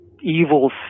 evil